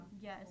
Yes